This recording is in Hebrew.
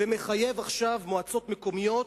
ומחייב עכשיו מועצות מקומיות